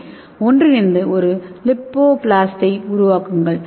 ஏ ஒன்றிணைந்து ஒரு லிபோபிளாஸ்டை உருவாக்குங்கள்